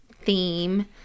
theme